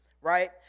right